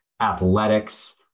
athletics